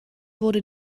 wurde